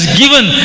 given